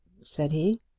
said he.